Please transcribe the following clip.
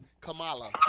Kamala